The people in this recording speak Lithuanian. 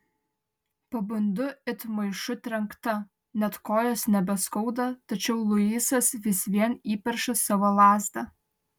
pabundu it maišu trenkta net kojos nebeskauda tačiau luisas vis vien įperša savo lazdą